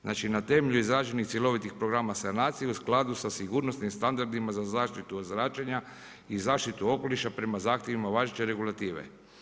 Znači na temelju izrađenih cjelovitih programa sanacija i u skladu sa sigurnosnim standardima za zaštitu od zračenja i zaštitu okoliša prema zahtjevima važeće regulative.